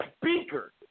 speaker